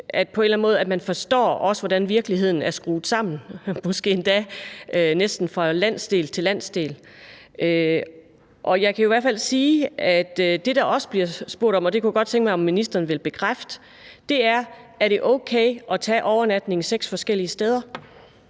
at man også forstår, hvordan virkeligheden er skruet sammen – måske endda næsten fra landsdel til landsdel. Jeg kan i hvert fald sige, at det, der også bliver spurgt om – og det kunne jeg godt tænke mig at ministeren ville bekræfte – er: Er det okay at tage overnatninger seks forskellige steder?